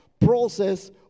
process